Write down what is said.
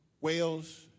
Wales